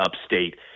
upstate